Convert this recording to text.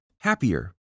happier